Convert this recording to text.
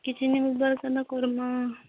କିଛି ନେଇ ମିଲ୍ବା କେନ କର୍ବାଁ